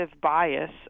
bias